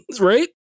Right